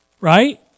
right